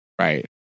right